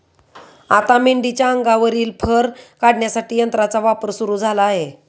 आता मेंढीच्या अंगावरील फर काढण्यासाठी यंत्राचा वापर सुरू झाला आहे